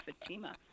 Fatima